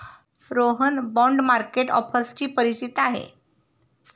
Rohan bond market ऑफर्सशी परिचित आहे